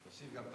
ההצעה להעביר את